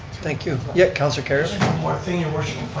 thank you, yeah, councilor kerrio? just one thing, your worship.